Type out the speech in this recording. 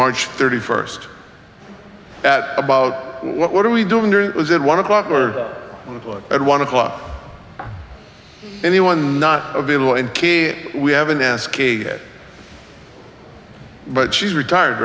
march thirty first that about what are we doing here it was at one o'clock or at one o'clock anyone not available and we haven't ask a but she's retired